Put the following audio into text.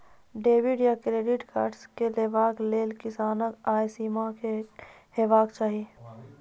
Debit या credit card लेवाक लेल किसानक आय सीमा की हेवाक चाही?